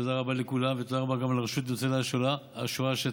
תודה רבה לכולם ותודה רבה גם לרשות לניצולי השואה שנרתמו,